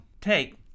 take